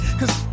cause